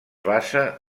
basa